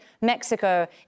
mexico